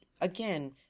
again